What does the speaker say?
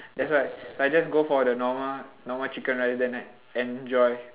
that's why so I just go for the normal normal chicken rice then I enjoy